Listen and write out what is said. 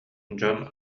дьон